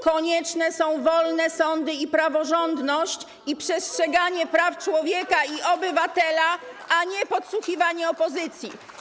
Konieczne są wolne sądy, praworządność, przestrzeganie praw człowieka i obywatela, a nie podsłuchiwanie opozycji.